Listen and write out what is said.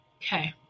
Okay